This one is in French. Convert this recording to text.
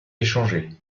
échangé